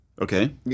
Okay